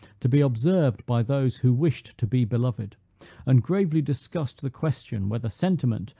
to be observed by those who wished to be beloved and gravely discussed the question whether sentiment,